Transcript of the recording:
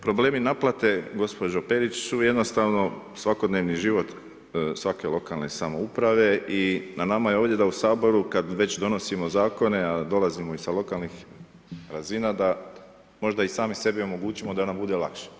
Problemi naplate gospođo Perić su jednostavno svakodnevni život svake lokalne samouprave i na nama je ovdje da u Saboru, kad već donosimo zakone, a dolazimo sa lokalnih razina, da možda i sami sebi omogućimo da nam bude lakše.